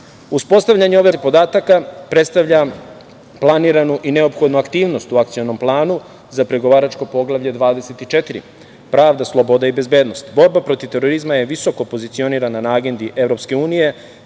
ove baze podataka predstavlja planiranu i neophodnu aktivnost u akcionom planu za pregovaračko Poglavlje 24 - Pravda, sloboda i bezbednost. Borba protiv terorizma je visoko pozicionirana na agendi EU,